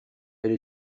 elle